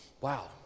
Wow